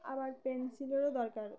আবার পেনসিলেরও দরকার